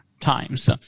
times